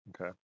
Okay